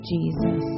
Jesus